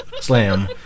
slam